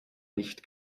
nicht